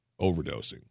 overdosing